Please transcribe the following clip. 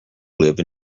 live